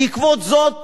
בעקבות זאת